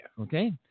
Okay